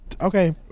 okay